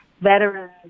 veterans